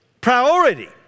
priority